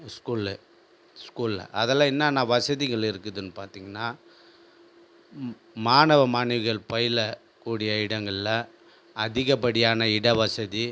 school ஸ்கூலில் அதில் இன்னான்ன வசதிகள் இருக்குதுன்னு பாத்திங்கன்னா மாணவ மாணவிகள் பயில கூடிய இடங்களில் அதிகப்படியான இட வசதி